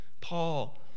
Paul